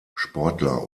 sportler